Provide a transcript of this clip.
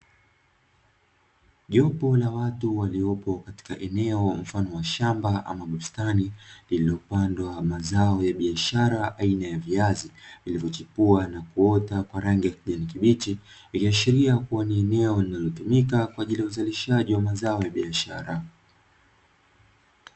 Jopo la watu waliopo katika eneo mfano wa shamba ama bustani, lililopandwa mazao ya biashara aina ya viazi, vilivyochipua na kuota kwa rangi ya kijani kibichi, ikiashiria kuwa ni eneo linalotumika kwa ajili ya uzalishaji wa mazao ya biashara.